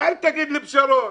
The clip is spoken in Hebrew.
תגיד לי: פשרות.